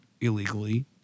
illegally